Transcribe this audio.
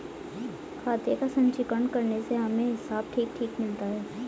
खाते का संचीकरण करने से हमें हिसाब ठीक ठीक मिलता है